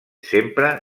sempre